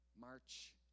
March